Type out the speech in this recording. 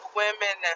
women